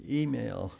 email